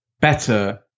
better